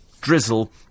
drizzle